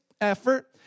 effort